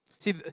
See